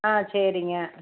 ஆ சரிங்க